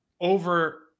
over